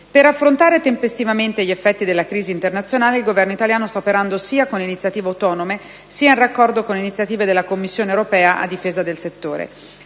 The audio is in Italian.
Per affrontare tempestivamente gli effetti della crisi internazionale, il Governo italiano sta operando sia con iniziative autonome, sia in raccordo con le iniziative della Commissione europea, a difesa del settore.